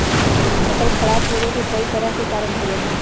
फसल खराब होवे के कई तरह के कारण होबा हई